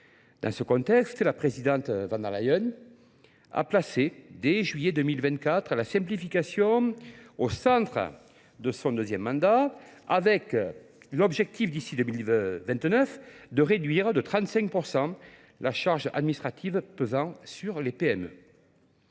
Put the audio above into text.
Dans ce contexte, la présidente Van der Leyen a placé dès juillet 2024 la simplification au centre de son deuxième mandat, avec l'objectif d'ici 2029 de réduire de 35% la charge administrative pesant sur les PME.